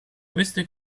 queste